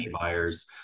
buyers